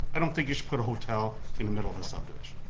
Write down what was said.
i don't think you should put a hotel in the middle of a subdivision.